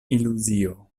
iluzio